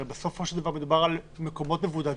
הרי בסופו של דבר מדובר על מקומות מבודדים.